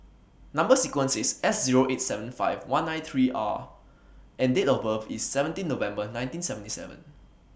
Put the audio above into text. Number sequence IS S Zero eight seven five one nine three R and Date of birth IS seventeen November nineteen seventy seven